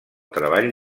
treball